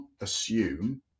assume